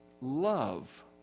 love